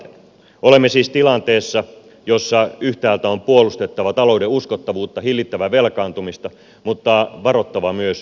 olemme siis tilanteessa jossa yhtäältä on puolustettava talouden uskottavuutta hillittävä velkaantumista mutta varottava myös ylilyöntejä